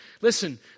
Listen